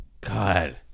God